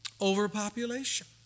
Overpopulation